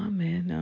Amen